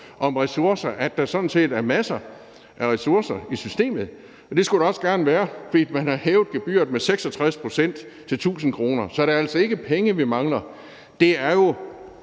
om ressourcer, at der sådan set er masser af ressourcer i systemet, og det skulle der også gerne være, for man har hævet gebyret med 66 pct. til 1.000 kr. Så det er altså ikke penge, vi mangler. Det, der